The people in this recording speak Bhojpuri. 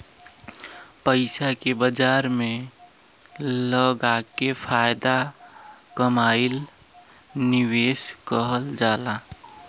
पइसा के बाजार में लगाके फायदा कमाएल निवेश कहल जाला